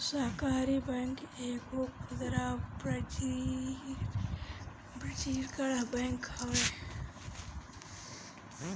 सहकारी बैंक एगो खुदरा वाणिज्यिक बैंक हवे